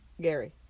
Gary